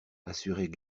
assurait